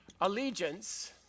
allegiance